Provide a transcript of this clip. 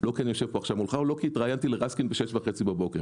לא כי אני יושב כאן עכשיו מולך או לא כי התראיינתי לרסקין ב-6:30 בבוקר